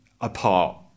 apart